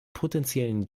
potenziellen